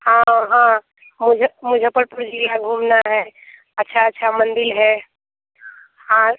हाँ हाँ मुझ मुज़फ़्फ़रपुर ज़िला घूमना है अच्छा अच्छा मंदिल है हाँ